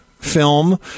Film